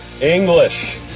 English